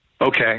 okay